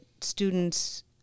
students